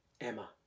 Emma